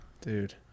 Dude